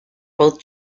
both